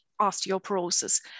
osteoporosis